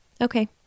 Okay